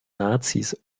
nazis